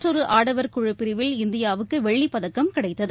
மற்றொரு ஆடவர் குழுப் பிரிவில் இந்தியாவுக்கு வெள்ளிப் பதக்கம் கிடைத்தது